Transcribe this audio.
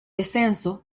descenso